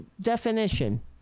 definition